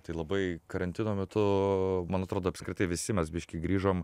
tai labai karantino metu man atrodo apskritai visi mes biškį grįžom